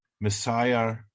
messiah